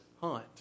hunt